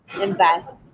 invest